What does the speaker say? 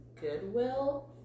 Goodwill